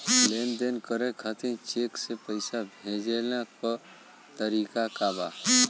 लेन देन करे खातिर चेंक से पैसा भेजेले क तरीकाका बा?